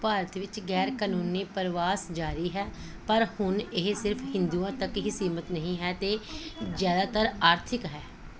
ਭਾਰਤ ਵਿੱਚ ਗ਼ੈਰ ਕਾਨੂੰਨੀ ਪਰਵਾਸ ਜਾਰੀ ਹੈ ਪਰ ਹੁਣ ਇਹ ਸਿਰਫ਼ ਹਿੰਦੂਆਂ ਤੱਕ ਹੀ ਸੀਮਤ ਨਹੀਂ ਹੈ ਅਤੇ ਜ਼ਿਆਦਾਤਰ ਆਰਥਿਕ ਹੈ